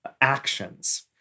actions